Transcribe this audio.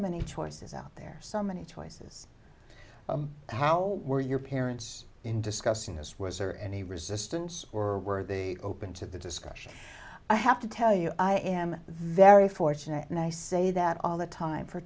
many choices out there so many choices how were your parents in discussing this was or any resistance or were the open to the discussion i have to tell you i am very fortunate and i say that all the time for